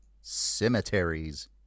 cemeteries